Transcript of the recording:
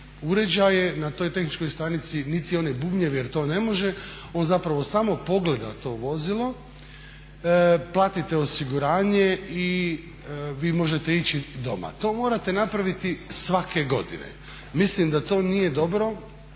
uređaje na toj tehničkoj stanici, niti one bubnjeve jer to ne može. On zapravo samo pogleda to vozilo, platite osiguranje i vi možete ići doma. To morate napraviti svake godine. Mislim da to nije dobro.